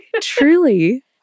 truly